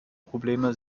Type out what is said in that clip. probleme